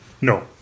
No